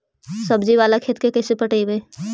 सब्जी बाला खेत के कैसे पटइबै?